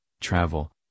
travel